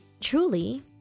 truly